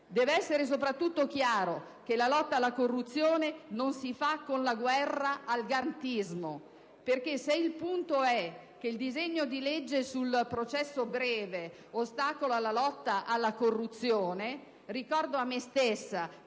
Deve essere soprattutto chiaro che la lotta alla corruzione non si fa con la guerra al garantismo. Perché se il punto è che il disegno di legge sul processo breve ostacola la lotta alla corruzione - e ricordo a me stessa